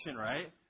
right